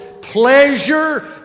pleasure